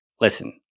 Listen